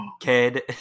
kid